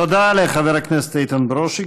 תודה לחבר הכנסת איתן ברושי,